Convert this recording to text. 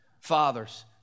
fathers